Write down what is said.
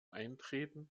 eintreten